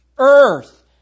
Earth